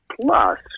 Plus